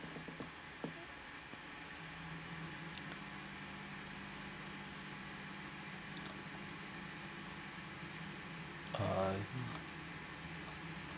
uh